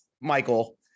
Michael